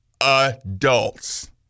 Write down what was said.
adults